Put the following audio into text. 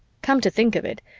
come to think of it,